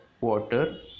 water